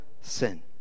sin